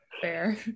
Fair